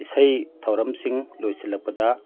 ꯏꯁꯩ ꯊꯧꯔꯝꯁꯤꯡ ꯂꯣꯏꯁꯤꯜꯂꯛꯄꯗ